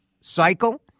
cycle